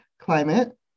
climate